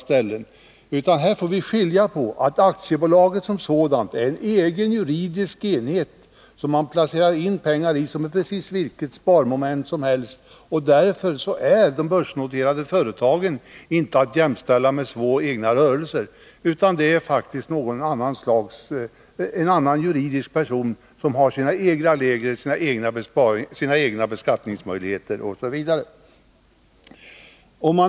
Vi får skilja mellan små egna rörelser och ett aktiebolag som sådant, som är en egen juridisk enhet, där man placerar pengar — precis som vilket annat sparmoment som helst. Därför är de börsnoterade företagen inte att jämställa med små egna rörelser, utan de är egna juridiska personer, som har sina egna regler, egna beskattningsmöjligheter osv.